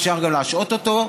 אפשר גם להשעות אותו,